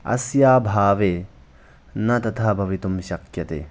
अस्याभावे न तथा भवितुं शक्यते